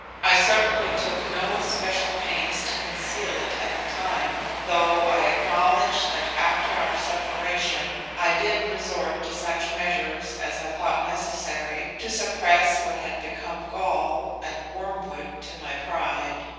i certainly took no especial pains to conceal it at the time, though i acknowledge that after our separation i did resort to such measures as i thought necessary, to suppress what had become gall and wormwood to my pride.